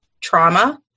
trauma